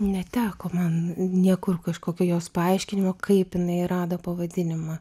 neteko man niekur kažkokio jos paaiškinimo kaip jinai rado pavadinimą